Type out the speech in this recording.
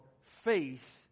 faith